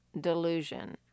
delusion